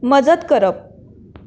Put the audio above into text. मजत करप